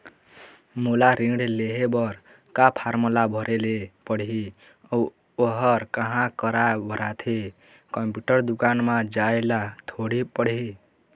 मोला ऋण लेहे बर का फार्म ला भरे ले पड़ही अऊ ओहर कहा करा भराथे, कंप्यूटर दुकान मा जाए ला थोड़ी पड़ही?